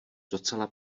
docela